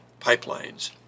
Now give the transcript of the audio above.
Pipelines